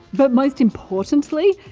but most importantly,